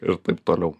ir taip toliau